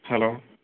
hello